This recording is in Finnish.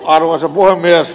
arvoisa puhemies